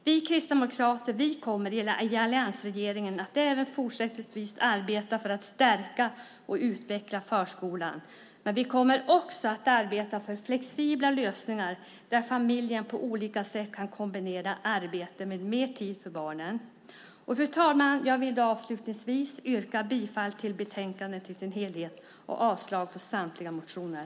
Vi kristdemokrater kommer i alliansregeringen att även fortsättningsvis arbeta för att stärka och utveckla förskolan, men vi kommer också att arbeta för flexibla lösningar där familjer på olika sätt kan kombinera arbete med mer tid för barnen. Fru talman! Jag vill avslutningsvis yrka bifall till förslaget i betänkandet i sin helhet och avslag på samtliga motioner.